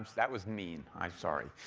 that was mean, i'm sorry.